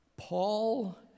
Paul